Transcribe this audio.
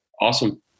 Awesome